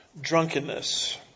drunkenness